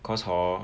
cause hor